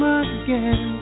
again